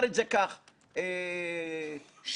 בכל מילה כאן יש שֵם,